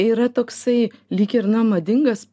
yra toksai lyg ir na madingas